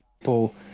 people